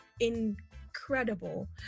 incredible